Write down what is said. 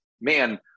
man